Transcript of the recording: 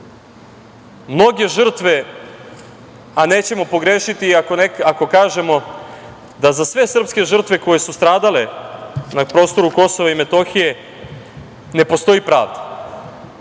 mnoge žrtve, a nećemo pogrešiti ako kažemo da za sve srpske žrtve koje su stradale na prostoru Kosova i Metohije ne postoji pravda